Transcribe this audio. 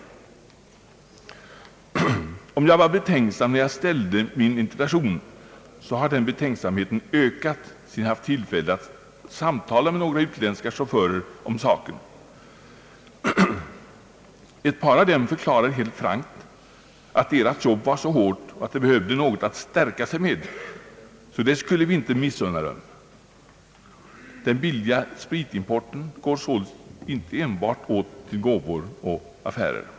Om jag var betänksam när jag framställde min interpellation så har den betänksamheten ökat sedan jag haft tillfälle att tala med några utländska chaufförer om saken. Ett par av dem för klarade helt frankt att deras jobb var så hårt att de behövde något att stärka sig med, och det skulle vi inte missunna dem. Den billiga spritimporten går sålunda inte enbart åt till gåvor och affärer.